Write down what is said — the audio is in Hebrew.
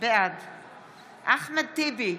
בעד אחמד טיבי,